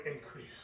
increase